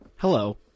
Hello